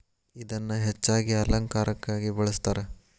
ಇದನ್ನಾ ಹೆಚ್ಚಾಗಿ ಅಲಂಕಾರಕ್ಕಾಗಿ ಬಳ್ಸತಾರ